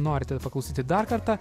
norite paklausyti dar kartą